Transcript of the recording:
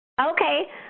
Okay